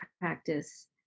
practice